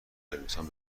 دبیرستان